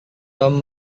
tom